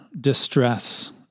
distress